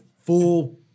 full